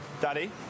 Daddy